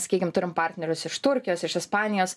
sakykim turim partnerius iš turkijos iš ispanijos